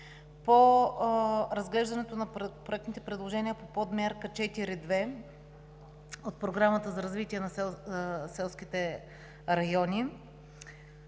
По разглеждането на проектните предложения по Подмярка 4.2 от Програмата за развитие на селските райони